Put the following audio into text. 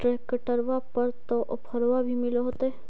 ट्रैक्टरबा पर तो ओफ्फरबा भी मिल होतै?